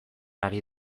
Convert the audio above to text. ari